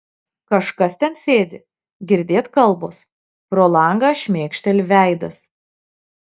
kažkas ten sėdi girdėt kalbos pro langą šmėkšteli veidas